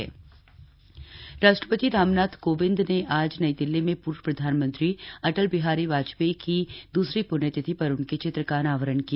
अनावरण राष्ट्रपति रामनाथ कोविंद ने आज नई दिल्ली में पूर्व प्रधानमंत्री अटल बिहारी वाजपेयी की दूसरी पुण्यतिथि पर उनके चित्र का अनावरण किया